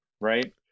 Right